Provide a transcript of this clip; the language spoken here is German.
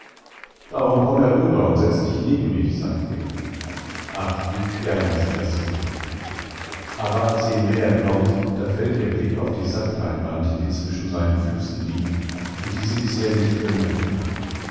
darum komm herüber und setz dich neben mich sagt er ach wie gerne sie das tut aber als sie ihm näher kommt da fällt ihr blick auf die sackleinwand die zwischen seinen füßen liegt und die sie bisher nicht bemerkt hat